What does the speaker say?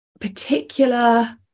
particular